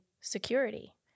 security